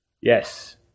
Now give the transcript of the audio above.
Yes